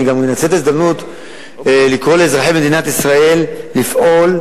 אני גם מנצל את ההזדמנות לקרוא לאזרחי מדינת ישראל לפעול,